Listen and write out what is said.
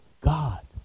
God